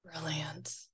Brilliant